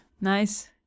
nice